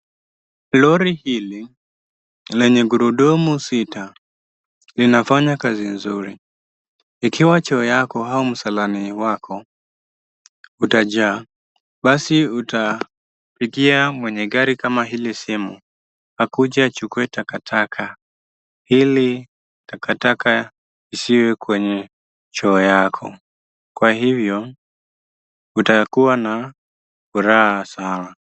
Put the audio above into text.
Lori hili lenye gurudumu sita, linafanya kazi nzuri. Ikiwa choo yako au msalani wako utajaa, basi utapigia mwenye gari kama hili simu, akuje achukue takataka, ili takataka isiwe kwenye choo yako. Kwa hivyo, utakuwa na furaha sawa.